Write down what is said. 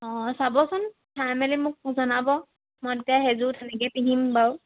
অঁ চাবচোন চাই মেলি মোক জনাব মই তেতিয়া সেইযোৰ তেনেকৈ পিন্ধিম বাাৰু